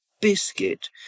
biscuit